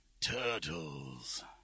Turtles